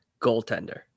goaltender